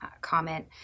comment